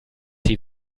sie